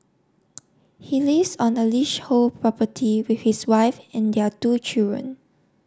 he lease on the leash hole property with his wife and their two children